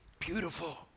Beautiful